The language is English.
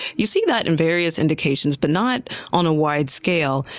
you've seen that in various indications, but not on a wide scale.